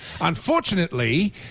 unfortunately